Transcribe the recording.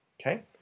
Okay